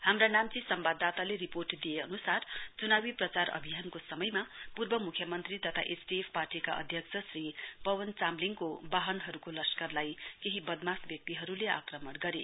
हाम्रा नाम्ची सम्वाददाताले रिपोर्ट दिए अनुसार चुनाउ प्रचार अभियानको समयमा पूर्व मुख्यमन्त्री तथा एसडिएफ पार्टीका अध्यक्ष श्री पवन चामलिङको वाहनहरुको लश्करलाई केही बदमाश व्यक्तिहरुले आक्रमण गरे